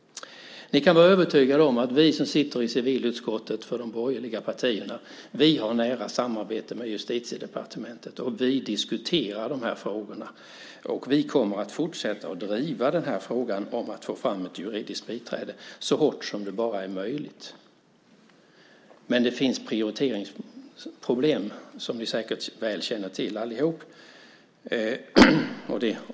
Ni kan vara övertygade om att vi som sitter i civilutskottet för de borgerliga partierna har ett nära samarbete med Justitiedepartementet. Vi diskuterar de här frågorna och kommer att fortsätta att driva frågan om att få fram ett juridiskt biträde så hårt som det bara är möjligt. Dock finns det prioriteringsproblem som ni säkert känner till väl allihop.